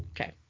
Okay